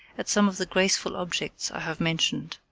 at some of the graceful objects i have mentioned.